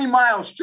miles